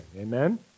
Amen